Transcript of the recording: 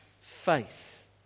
faith